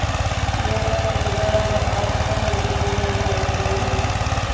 ᱤᱭᱟᱹ ᱱᱚᱰᱮ ᱟᱢᱫᱚ ᱯᱟᱦᱟᱲᱯᱩᱲ ᱨᱮᱱ ᱫᱤᱫᱤᱢᱚᱱᱤ ᱠᱟᱱ ᱜᱮᱭᱟᱢ ᱦᱟᱭ ᱥᱠᱩᱞ ᱨᱮᱱ ᱜᱮ